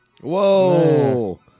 Whoa